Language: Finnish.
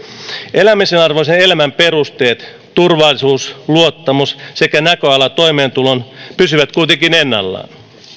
elämisen arvoisen elämän perusteet turvallisuus luottamus sekä näköala toimeentuloon pysyvät kuitenkin ennallaan